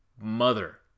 mother